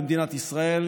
במדינת ישראל,